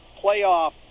playoff